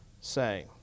say